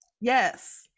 Yes